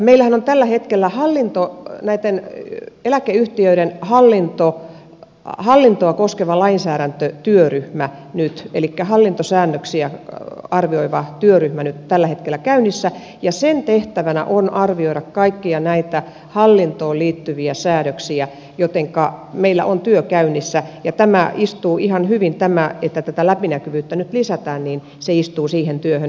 meillähän on tällä hetkellä myös eläkeyhtiöiden hallintoa koskeva lainsäädäntötyöryhmä elikkä hallintosäännöksiä arvioivan työryhmän työ on tällä hetkellä käynnissä ja sen tehtävänä on arvioida kaikkia näitä hallintoon liittyviä säädöksiä jotenka meillä on työ käynnissä ja tämä että läpinäkyvyyttä nyt lisätään istuu siihen työhön